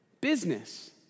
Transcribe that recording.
business